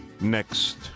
Next